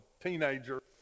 teenager